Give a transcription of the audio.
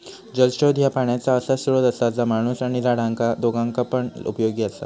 जलस्त्रोत ह्या पाण्याचा असा स्त्रोत असा जा माणूस आणि झाडांका दोघांका पण उपयोगी असा